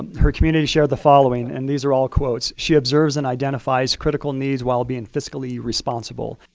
her community shared the following, and these are all quotes. she observes and identifies critical needs while being fiscally responsible.